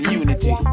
unity